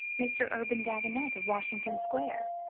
mr. urban dagonet of washington square,